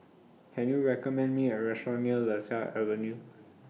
Can YOU recommend Me A Restaurant near Lasia Avenue